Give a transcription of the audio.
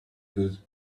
good